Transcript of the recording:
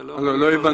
אתה לא יכול --- לא,